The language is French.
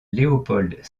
léopold